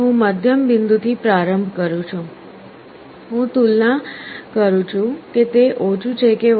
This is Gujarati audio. હું મધ્યમ બિંદુથી પ્રારંભ કરું છું હું તેની તુલના કરું છું કે તે ઓછું છે કે વધારે